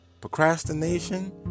Procrastination